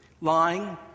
lying